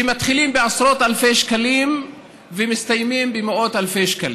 שמתחילים בעשרות אלפי שקלים ומסתיימים במאות אלפי שקלים,